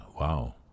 Wow